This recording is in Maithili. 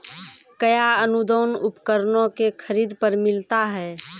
कया अनुदान उपकरणों के खरीद पर मिलता है?